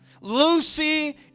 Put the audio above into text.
Lucy